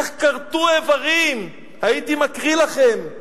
איך כרתו איברים, הייתי מקריא לכם.